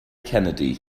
kennedy